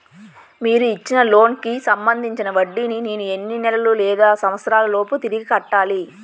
మీరు ఇచ్చిన లోన్ కి సంబందించిన వడ్డీని నేను ఎన్ని నెలలు లేదా సంవత్సరాలలోపు తిరిగి కట్టాలి?